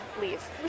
leave